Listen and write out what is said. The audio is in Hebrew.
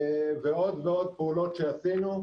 ועוד ועוד פעולות שעשינו.